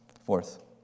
Fourth